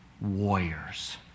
warriors